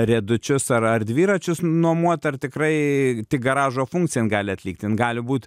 riedučius ar ar dviračius nuomot ar tikrai tik garažo funkciją jin gali atlikt jin gali būt